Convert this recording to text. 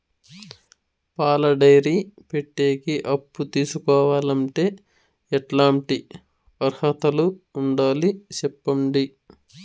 పాల డైరీ పెట్టేకి అప్పు తీసుకోవాలంటే ఎట్లాంటి అర్హతలు ఉండాలి సెప్పండి?